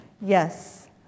yes